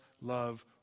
love